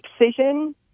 excision